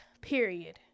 period